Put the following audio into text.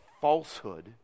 falsehood